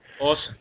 Awesome